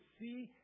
see